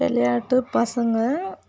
விளையாட்டு பசங்கள்